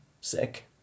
sick